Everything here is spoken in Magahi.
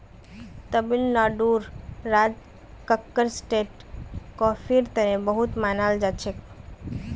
तमिलनाडुर राज कक्कर स्टेट कॉफीर तने बहुत मनाल जाछेक